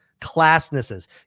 classnesses